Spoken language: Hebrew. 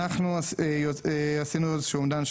אנחנו עשינו איזה שהוא אומדן,